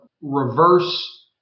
reverse